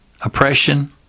oppression